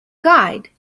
guide